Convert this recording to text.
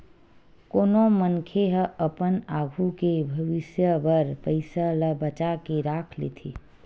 कोनो मनखे ह अपन आघू के भविस्य बर पइसा ल बचा के राख लेथे